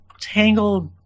tangled